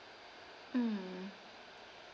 mm